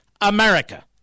America